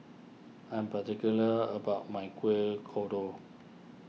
I am particular about my Kuih Kodok